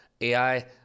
AI